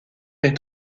est